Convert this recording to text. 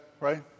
Right